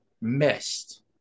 Missed